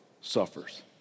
suffers